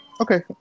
Okay